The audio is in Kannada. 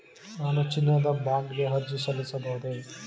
ನಾನು ಚಿನ್ನದ ಬಾಂಡ್ ಗೆ ಅರ್ಜಿ ಸಲ್ಲಿಸಬಹುದೇ?